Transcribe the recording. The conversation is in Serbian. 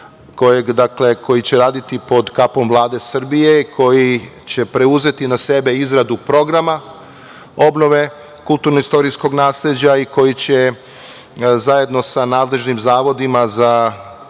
koji će raditi pod kapom Vlade Srbije, koji će preuzete na sebe izradu programa obnove kulturno-istorijskog nasleđa i koji će zajedno sa nadležnim zavodima za